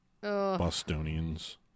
Bostonians